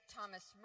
Thomas